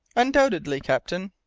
undoubtedly, captain.